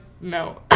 no